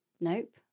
Nope